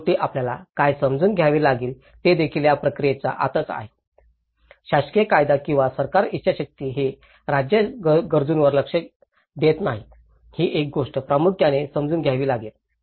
शेवटी आपल्याला काय समजून घ्यावे लागेल तेदेखील या प्रक्रियेच्या आतच आहे शासकीय कायदा किंवा सरकार इच्छाशक्ती हे राज्य गरजूंवर लक्ष देत नाही ही एक गोष्ट प्रामुख्याने समजून घ्यावी लागेल